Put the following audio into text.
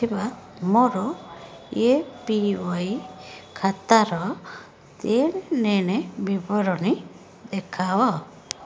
ଥିବା ମୋର A P Y ଖାତାର ଦେଣନେଣ ବିବରଣୀ ଦେଖାଅ